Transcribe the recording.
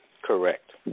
Correct